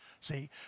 See